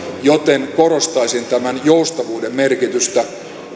joten korostaisin tämän joustavuuden merkitystä